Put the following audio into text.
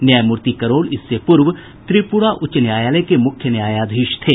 न्यायमूर्ति करोल इससे पूर्व त्रिपूरा उच्च न्यायालय के मुख्य न्यायाधीश थे